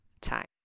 time